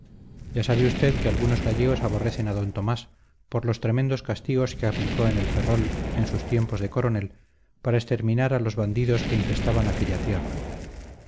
ya sabe usted que algunos gallegos aborrecen a d tomás por los tremendos castigos que aplicó en el ferrol en sus tiempos de coronel para exterminar a los bandidos que infestaban aquella tierra